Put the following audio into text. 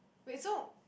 wait so